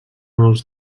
els